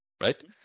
right